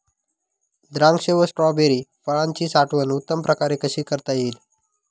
द्राक्ष व स्ट्रॉबेरी फळाची साठवण उत्तम प्रकारे कशी करता येईल?